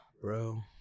Bro